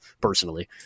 personally